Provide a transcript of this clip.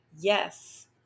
yes